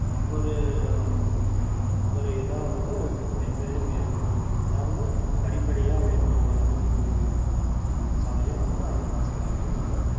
ஒவ்வொரு ஒவ்வொரு இதாக வந்து மென்மேலும் உயரணும் அதாவது படிப்படியாக உயரணும் ஒரு அனுபவம் சாலியாக வந்து அந்த வருஷத்திலருந்து நம்ம